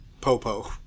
Popo